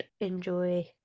enjoy